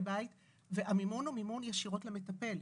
בית והמימון הוא מימון ישירות למטפל.